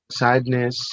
sadness